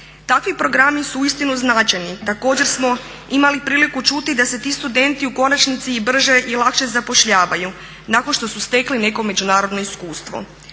Takvi programi su uistinu značajni. Također smo imali priliku čuti da se ti studenti u konačnici i brže i lakše zapošljavaju nakon što su stekli neko međunarodno iskustvo.